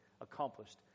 accomplished